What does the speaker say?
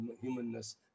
humanness